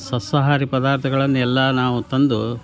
ಸಸ್ಯಾಹಾರಿ ಪದಾರ್ಥಗಳನ್ನೆಲ್ಲ ನಾವು ತಂದು